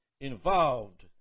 involved